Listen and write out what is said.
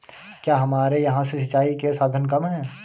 क्या हमारे यहाँ से सिंचाई के साधन कम है?